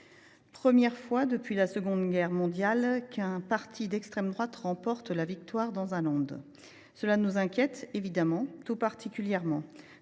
première fois depuis la Seconde Guerre mondiale qu’un parti d’extrême droite remporte la victoire dans un. Cela nous inquiète tout particulièrement.